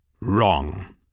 Wrong